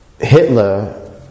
Hitler